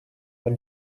are